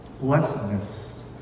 Blessedness